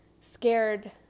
scared